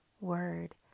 word